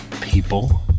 people